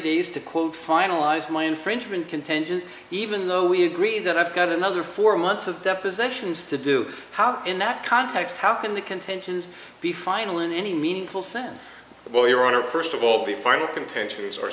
days to quote finalize my infringement contention even though we agreed that i've got another four months of depositions to do how in that context how can the contentions be final in any meaningful sense while your honor first of all the final contentions are